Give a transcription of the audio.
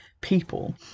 people